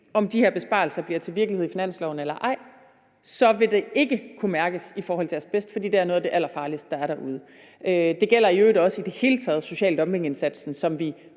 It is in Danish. om de her besparelser bliver til virkelighed i finansloven eller ej, vil det ikke kunne mærkes i forhold til asbest, fordi det er noget af det allerfarligste, der er derude. Det gælder i øvrigt også i det hele taget social dumping-indsatsen, som